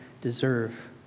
deserve